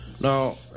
Now